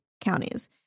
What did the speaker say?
counties